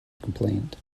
complained